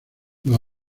los